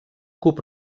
cub